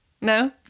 No